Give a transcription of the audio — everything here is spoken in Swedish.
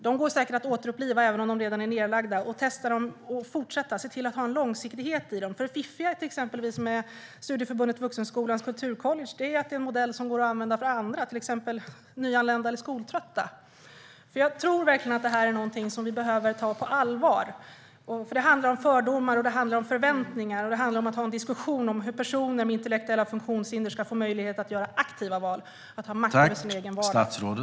De går säkert att återuppliva, även om de redan är nedlagda, och se till att ha en långsiktighet i dem. Det fiffiga med exempelvis Studieförbundet Vuxenskolans SV Kulturcollege är att det är en modell som går att använda för andra, till exempel nyanlända och skoltrötta. Jag tror verkligen att det här är något som vi behöver ta på allvar, för det handlar om fördomar, om förväntningar och om att personer med intellektuella funktionshinder ska ha möjlighet att göra aktiva val och ha makt över sin egen vardag.